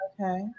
Okay